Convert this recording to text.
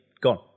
gone